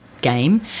game